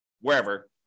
wherever